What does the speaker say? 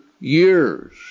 years